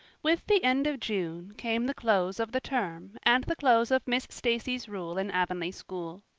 with the end of june came the close of the term and the close of miss stacy's rule in avonlea school.